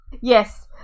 Yes